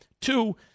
Two